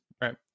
right